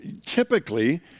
Typically